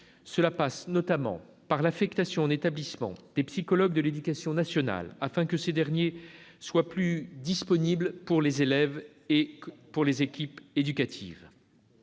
Cela passe, notamment, par l'affectation en établissement des psychologues de l'éducation nationale, afin que ces derniers soient plus disponibles pour les élèves comme pour les équipes éducatives.